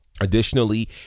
Additionally